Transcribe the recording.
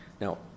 Now